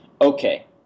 Okay